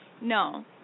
No